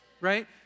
right